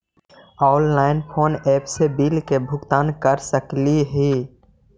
Online कोन app से bill के भुगतान कर सकली ही?